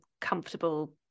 comfortable